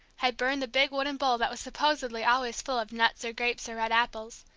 had burned the big wooden bowl that was supposedly always full of nuts or grapes or red apples.